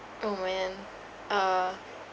oh man